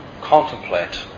contemplate